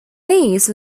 lease